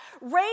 Raise